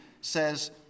says